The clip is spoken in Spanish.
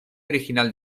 original